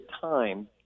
time